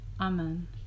Amen